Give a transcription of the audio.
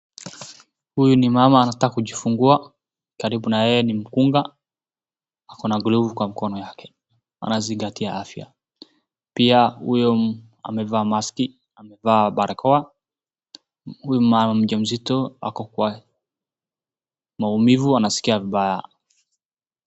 Huyu ni mama anataka kujifungua karibu na yeye ni mkunga akona glovu Kwa mkono yake anazingatia afya, pia huyo amevaa barakoa huyu mama mjamzito ako Kwa maumivu anasikia vibaya.